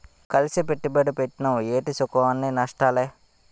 కలిసి పెట్టుబడి పెట్టినవ్ ఏటి సుఖంఅన్నీ నష్టాలే